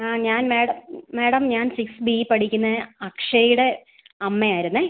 ആ ഞാൻ madam madam ഞാൻ സിക്സ് ബി പഠിക്കുന്ന അക്ഷയുടെ അമ്മ ആയിരുന്നു